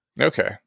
Okay